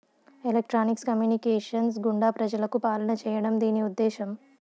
electronics communications గుండా ప్రజలకు పాలన చేయడం దీని ఉద్దేశం